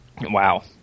Wow